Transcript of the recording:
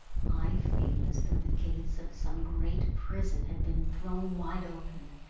i feel as though the gates of some great prison had been thrown wide-open,